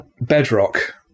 bedrock